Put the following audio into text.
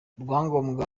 rwangombwa